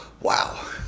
wow